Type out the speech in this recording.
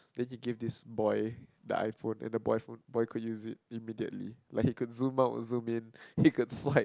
then he give this boy the iPhone and the boy boy could use it immediately like he could zoom out or zoom in pick a slide